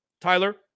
Tyler